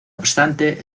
obstante